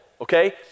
okay